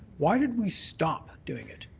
why did we stop doing it?